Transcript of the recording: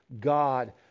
God